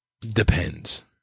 Depends